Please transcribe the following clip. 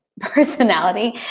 personality